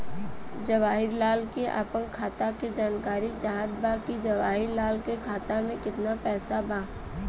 जवाहिर लाल के अपना खाता का जानकारी चाहत बा की जवाहिर लाल के खाता में कितना पैसा बा?